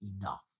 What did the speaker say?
enough